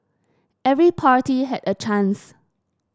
every party had a chance